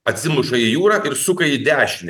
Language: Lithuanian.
atsimuša į jūrą ir suka į dešinę